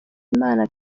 imana